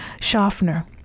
Schaffner